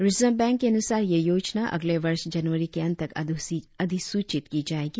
reserve bank के अनुसार यह योजना अगले वर्ष जनवरी के अंत तक अधिसूचित की जाएगी